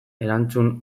erantzun